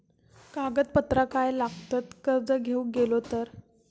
कागदपत्रा काय लागतत कर्ज घेऊक गेलो तर?